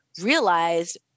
realized